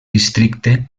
districte